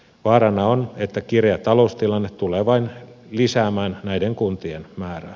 vaarana on että kireä taloustilanne tulee vain lisäämään näiden kuntien määrää